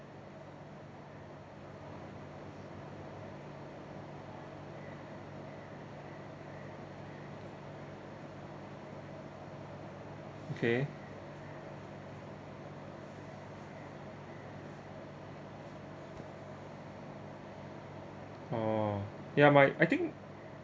okay oh ya mine I think